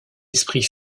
esprit